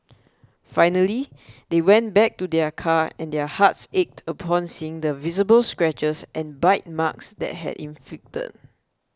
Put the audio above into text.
finally they went back to their car and their hearts ached upon seeing the visible scratches and bite marks that had inflicted